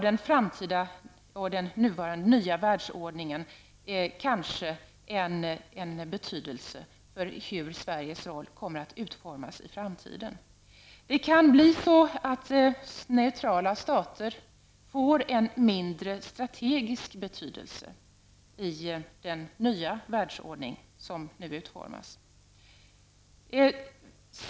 Den framtida och den nuvarande nya världsordningen har kanske betydelse för vilken Sveriges roll i det internationella nedrustningsarbetet kommer att bli i framtiden. Neutrala stater kan få en mindre strategisk betydelse i den nya världsordning som nu utformas.